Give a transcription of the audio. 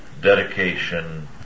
dedication